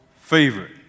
favorite